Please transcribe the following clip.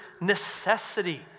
necessity